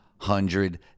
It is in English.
hundred